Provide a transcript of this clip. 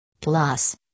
Plus